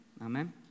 Amen